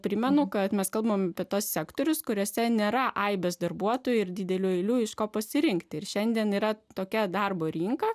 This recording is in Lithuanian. primenu kad mes kalbame apie tuos sektorius kuriuose nėra aibės darbuotojų ir didelių eilių iš ko pasirinkti ir šiandien yra tokia darbo rinką